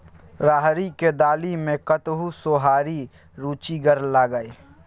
राहरिक दालि मे कतहु सोहारी रुचिगर लागय?